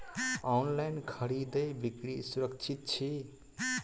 online खरीदै बिक्री सुरक्षित छी